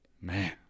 Man